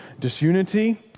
disunity